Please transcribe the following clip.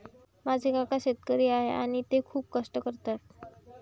माझे काका शेतकरी आहेत आणि ते खूप कष्ट करतात